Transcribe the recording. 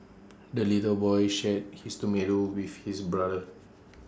the little boy shared his tomato with his brother